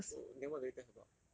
oh then what do they test about